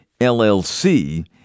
LLC